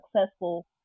successful